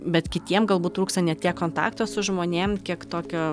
bet kitiem galbūt trūksta ne tiek kontakto su žmonėm kiek tokio